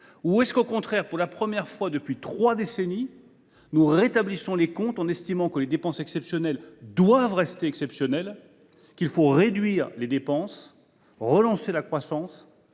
; soit, au contraire, pour la première fois depuis trois décennies, nous rétablissons les comptes, en estimant que les dépenses exceptionnelles doivent le rester, qu’il faut réduire les dépenses et relancer la croissance